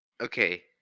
Okay